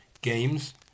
games